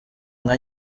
nka